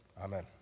amen